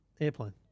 Airplane